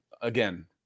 Again